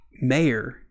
mayor